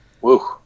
Woo